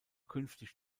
künftig